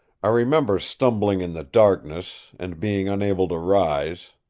i remember stumbling in the darkness, and being unable to rise.